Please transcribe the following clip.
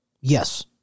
Yes